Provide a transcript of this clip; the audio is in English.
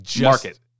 market